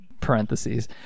parentheses